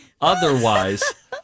otherwise